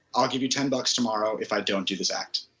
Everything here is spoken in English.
i'll give you ten bucks tomorrow if i don't do this act.